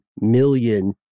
million